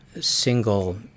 single